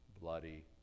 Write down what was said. bloody